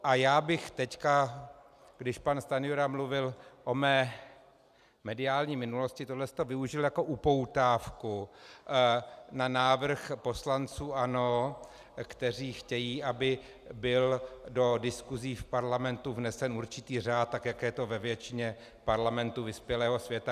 A já bych teďka, když pan Stanjura mluvil o mé mediální minulosti, tohle to využil jako upoutávku na návrh poslanců ANO, kteří chtějí, aby byl do diskusí v parlamentu vnesen určitý řád, tak jak je to ve většině parlamentů vyspělého světa.